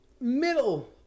middle